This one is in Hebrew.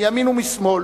מימין ומשמאל